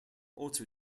auto